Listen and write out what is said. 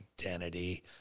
identity